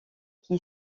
qui